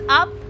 up